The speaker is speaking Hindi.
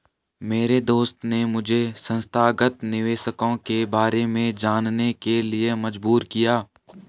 मेरे दोस्त ने मुझे संस्थागत निवेशकों के बारे में जानने के लिए मजबूर किया